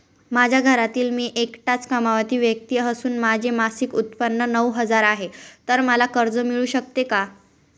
माझ्या घरातील मी एकटाच कमावती व्यक्ती असून माझे मासिक उत्त्पन्न नऊ हजार आहे, तर मला कर्ज मिळू शकते का?